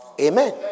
Amen